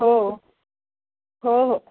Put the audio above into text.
हो हो हो